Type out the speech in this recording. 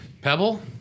Pebble